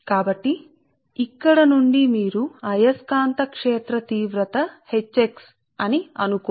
కాబట్టి ఇక్కడ నుండి మీరు విద్యుత్ క్షేత్రం అని పిలుస్తారు అది మీ అయస్కాంత క్షేత్ర తీవ్రత H x అని అనుకోండి